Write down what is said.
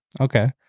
Okay